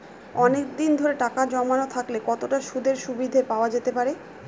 অনেকদিন ধরে টাকা জমানো থাকলে কতটা সুদের সুবিধে পাওয়া যেতে পারে?